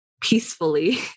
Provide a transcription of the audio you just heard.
peacefully